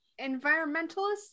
Environmentalists